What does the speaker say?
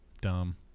dumb